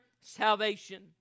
salvation